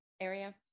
Area